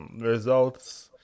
results